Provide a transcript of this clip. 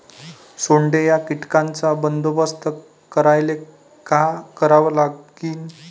सोंडे या कीटकांचा बंदोबस्त करायले का करावं लागीन?